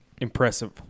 Impressive